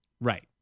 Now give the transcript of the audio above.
right